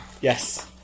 Yes